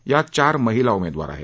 यात चार महिला उमेदवार आहेत